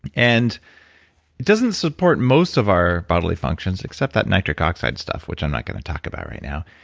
and doesn't support most of our bodily functions, except that nitric oxide stuff, which i'm not going to talk about right now.